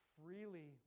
freely